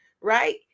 right